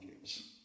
years